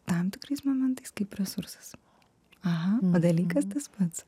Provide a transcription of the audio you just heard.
tam tikrais momentais kaip resursas aha o dalykas tas pats